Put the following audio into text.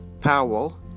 Powell